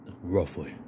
roughly